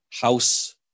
House